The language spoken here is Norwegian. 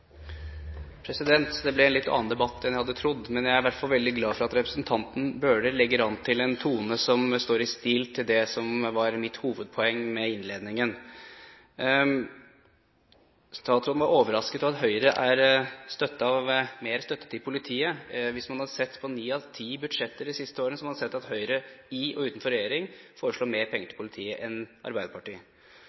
en tone som står i stil til det som var mitt hovedpoeng med innledningen. Statsråden var overrasket over at Høyre er opptatt av mer støtte til politiet. Hvis man hadde sett på ni av ti budsjetter de siste årene, hadde man sett at Høyre i og utenfor regjering har foreslått mer penger til politiet enn Arbeiderpartiet.